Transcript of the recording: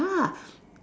ya lah